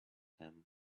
him